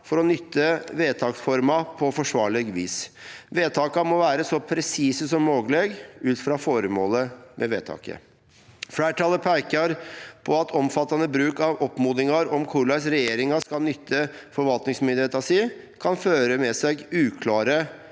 for å nytte vedtaksforma på forsvarleg vis. Vedtaka må vere så presise som mogeleg ut frå føremålet med vedtaket.» «Fleirtalet peiker på at omfattande bruk av oppmodingar om korleis regjeringa skal nytte forvaltningsmyndigheita si, kan føre med seg uklåre